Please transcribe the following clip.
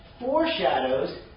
foreshadows